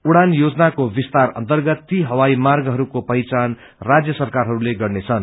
उड़ान योजनाको विस्तार अर्न्तगत ती हवाई मांगहरूको पहिचान राज्य सरकारहरूले गर्नेछन्